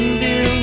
view